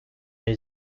new